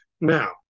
Now